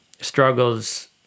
struggles